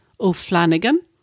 O'Flanagan